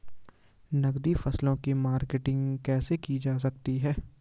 नकदी फसलों की मार्केटिंग कैसे की जा सकती है?